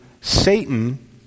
Satan